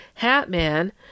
Hatman